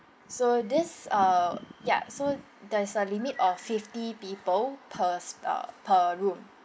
so this uh ya so there's a limit of fifty people per s~ uh per room